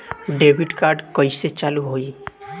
Debit card कइसे चालू होई?